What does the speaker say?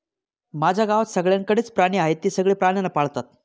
माझ्या गावात सगळ्यांकडे च प्राणी आहे, ते सगळे प्राण्यांना पाळतात